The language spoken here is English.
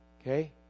Okay